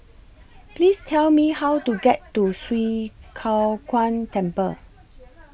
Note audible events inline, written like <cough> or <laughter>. <noise> Please Tell Me <noise> How to get to Swee Kow Kuan Temple